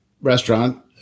restaurant